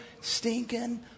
stinking